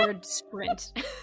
sprint